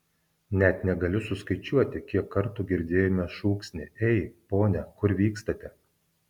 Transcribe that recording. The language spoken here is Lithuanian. net negaliu suskaičiuoti kiek kartų girdėjome šūksnį ei pone kur vykstate